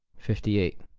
fifty eight.